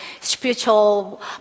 spiritual